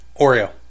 Oreo